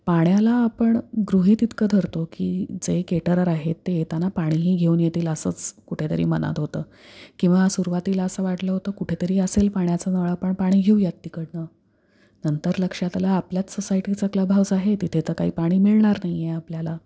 पाण्याला आपण गृहित इतकं धरतो की जे केटरर आहेत ते येताना पाणीही घेऊन येतील असंच कुठेतरी मनात होतं किंवा सुरवातीला असं वाटलं होतं कुठे तरी असेल पाण्याचं नळ आपण पाणी घेऊयात तिकडून नंतर लक्षात आलं आपल्याच सोसायटीचं क्लब हाऊस आहे तिथे तर काही पाणी मिळणार नाही आहे आपल्याला